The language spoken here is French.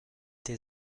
été